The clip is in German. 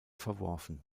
verworfen